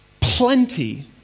plenty